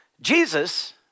Jesus